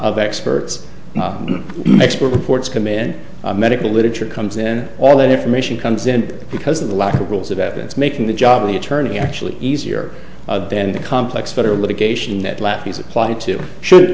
of experts and expert reports come in medical literature comes in all that information comes in because of the lack of rules of evidence making the job of the attorney actually easier than the complex federal litigation that latvia's applying to should